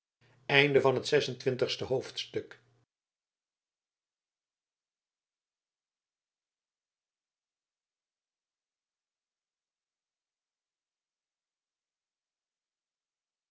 van dit hoofdstuk